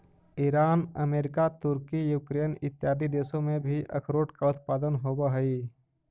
Iran America तुर्की Ukraine इत्यादि देशों में भी अखरोट का उत्पादन होवअ हई